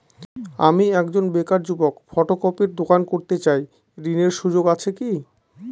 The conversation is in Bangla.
আমি একজন বেকার যুবক ফটোকপির দোকান করতে চাই ঋণের সুযোগ আছে কি?